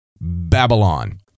Babylon